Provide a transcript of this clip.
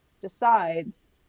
decides